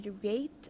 create